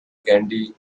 candy